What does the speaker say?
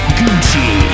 gucci